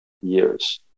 years